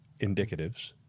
indicatives